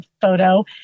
photo